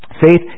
Faith